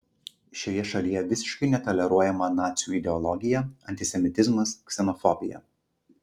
šioje šalyje visiškai netoleruojama nacių ideologija antisemitizmas ksenofobija